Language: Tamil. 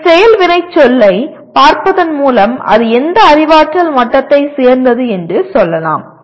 அதன் செயல் வினைச்சொல்லைப் பார்ப்பதன் மூலம் அது எந்த அறிவாற்றல் மட்டத்தைச் சேர்ந்தது என்று சொல்லலாம்